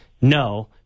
No